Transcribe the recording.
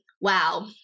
wow